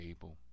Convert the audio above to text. able